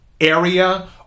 area